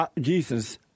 Jesus